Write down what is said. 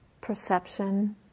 Perception